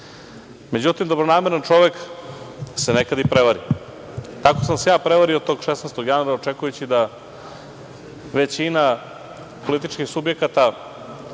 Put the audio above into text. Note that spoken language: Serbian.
Međutim, dobronameran čovek se nekad i prevari, tako sam se ja prevario tog 16. januara očekujući da većina političkih subjekata